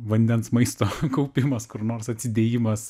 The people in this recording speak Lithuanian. vandens maisto kaupimas kur nors atsidėjimas